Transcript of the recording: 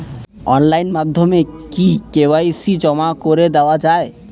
Online মাধ্যমে কি KYC জমা করে দেওয়া য়ায়?